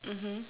mmhmm